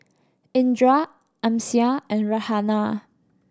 Indra Amsyar and Raihana